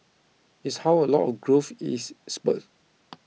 is how a lot of growth is spurred